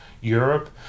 Europe